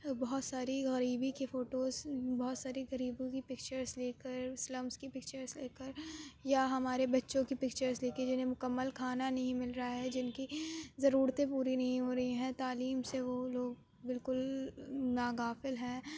بہت ساری غریبی کے فوٹوز بہت ساری غریبوں کی پکچرس دیکھ کر سلمس کی پکچرس دیکھ کر یا ہمارے بچوں کی پکچرس لے کے جنہیں مکمل کھانا نہیں مل رہا ہے جن کی ضرورتیں پوری نہیں ہو رہی ہیں تعلیم سے وہ لوگ بالکل ناغافل ہیں